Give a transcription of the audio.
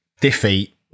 defeat